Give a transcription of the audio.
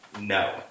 no